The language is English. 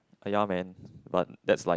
ah ya man but that's like